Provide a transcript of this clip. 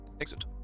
Exit